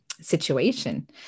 situation